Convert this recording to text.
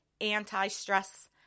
anti-stress